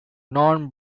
non